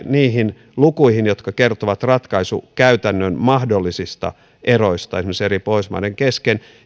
niihin lukuihin jotka kertovat ratkaisukäytännön mahdollisista eroista esimerkiksi eri pohjoismaiden kesken